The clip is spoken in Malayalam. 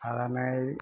സാധാരണമായി